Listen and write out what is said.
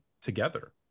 together